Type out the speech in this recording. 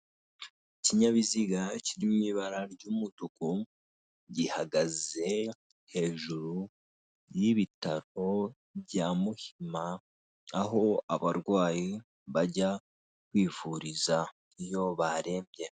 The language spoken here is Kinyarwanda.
Ikinyabiziga kiriho ibara ry'umutuku gihagaze hejuru y'ibitaro bya muhima, aho abarwayi bajya kwivuriza iyo barembye.